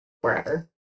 wherever